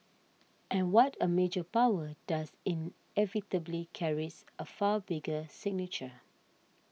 and what a major power does inevitably carries a far bigger signature